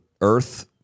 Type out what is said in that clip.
Earth